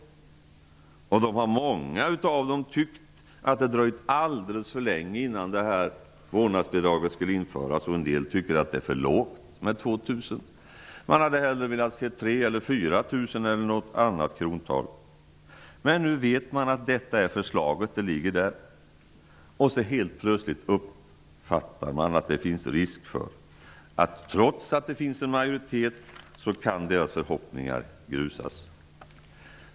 Många av dem har tyckt att vårdnadsbidraget har dröjt alldeles för länge. En del tycker att 2 000 är för lågt. Man hade hellre velat se 3 000, 4 000 eller något annat krontal. Men nu vet man hur förslaget ser ut och att det är framlagt. Helt plötsligt uppfattar man att det finns risk för att ens förhoppningar grusas, trots att det finns en majoritet för förslaget.